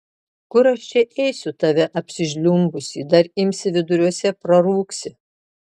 kur aš čia ėsiu tave apsižliumbusį dar imsi viduriuose prarūgsi